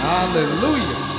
Hallelujah